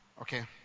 Okay